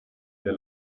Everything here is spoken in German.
der